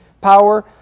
power